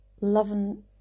loving